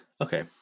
Okay